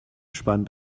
spannend